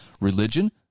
religion